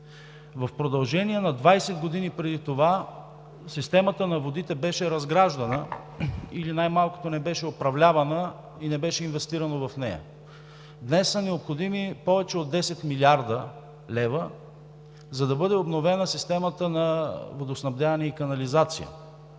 В продължение на 20 години преди това системата на водите беше разграждана или най-малкото не беше управлявана, и не беше инвестирано в нея. Днес са необходими повече от 10 млрд. лв., за да бъде обновена системата на Водоснабдяване и канализация.